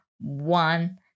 one